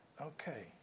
Okay